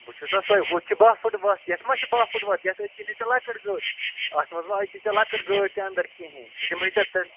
بہٕ چھُس نہ سوے ہُتھ چھِ بَہہ فٕٹہٕ وَتھ یَتھ مہ چھِ بَہہ فٕٹہٕ وَتھ یَتھ اَژی نہٕ ژےٚ لۄکٕٹ گٲڑۍ اَتھ منٛز مہ اَژی ژےٚ لۄکٕٹ گٲڑۍ تہِ اَندَر کِہِیٖنۍ بہٕ دِمے ژےٚ